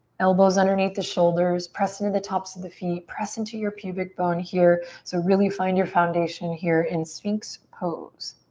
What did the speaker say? elbows underneath the shoulders. press into the tops of the feet. press into your pubic bone here so really find your foundation here in sphinx pose.